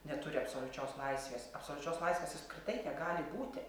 neturi absoliučios laisvės absoliučios laisvės apskritai negali būti